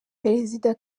perezida